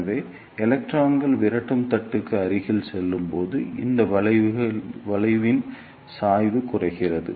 எனவே எலக்ட்ரான்கள் விரட்டு தட்டுக்கு அருகில் செல்லும்போது இந்த வளைவின் சாய்வு குறைகிறது